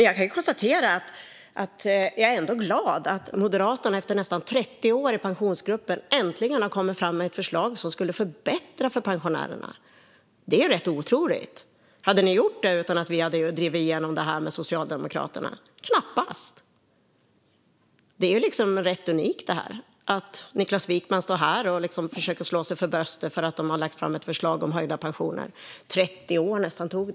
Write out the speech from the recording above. Jag kan konstatera att jag ändå är glad att Moderaterna efter nästan 30 år i Pensionsgruppen äntligen har kommit fram med ett förslag som skulle förbättra för pensionärerna. Det är rätt otroligt. Hade ni gjort det utan att vi hade drivit igenom detta med Socialdemokraterna? Knappast. Det är rätt unikt att Niklas Wykman står här och försöker slå sig för bröstet för att de har lagt fram ett förslag om höjda pensioner. Det tog nästan 30 år.